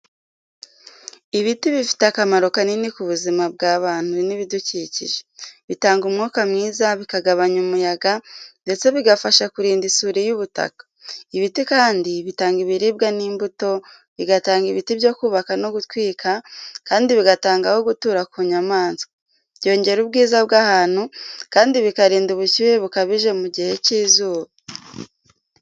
Ibiti bifite akamaro kanini ku buzima bw’abantu n’ibidukikije. Bitanga umwuka mwiza, bikagabanya umuyaga, ndetse bigafasha kurinda isuri y’ubutaka. Ibiti kandi bitanga ibiribwa n’imbuto, bigatanga ibiti byo kubaka no gutwika kandi bigatanga aho gutura ku nyamaswa. Byongera ubwiza bw’ahantu kandi bikarinda ubushyuhe bukabije mu gihe cy’izuba.